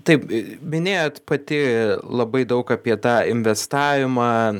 taip minėjot pati labai daug apie tą investavimą